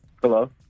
Hello